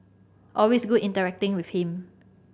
always good interacting with him